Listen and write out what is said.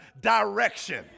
direction